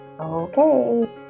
Okay